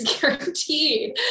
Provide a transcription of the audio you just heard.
guaranteed